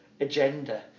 agenda